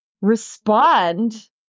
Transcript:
respond